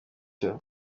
yayo